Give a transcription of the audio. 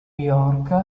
york